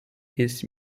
his